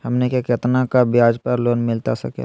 हमनी के कितना का ब्याज पर लोन मिलता सकेला?